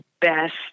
best